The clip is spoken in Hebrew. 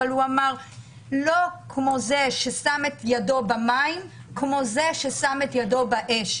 " לא זה ששם את ידו במים כמו זה ששם את ידו באש".